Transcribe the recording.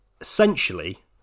essentially